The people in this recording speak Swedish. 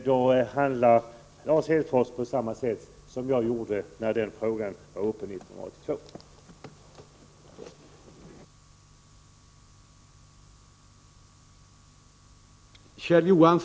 Då handlar Lars Hedfors på samma sätt som jag gjorde när förslaget om hyreshusavgift var uppe till behandling 1982.